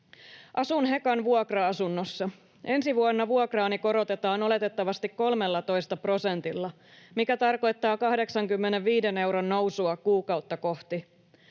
”Asun Hekan vuokra-asunnossa. Ensi vuonna vuokraani korotetaan oletettavasti 13 prosentilla, mikä tarkoittaa 85 euron nousua kuukautta kohti.